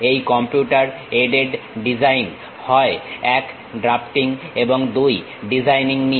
এই computer aided design হয় এক ড্রাফটিং এবং দুই ডিজাইনিং নিয়ে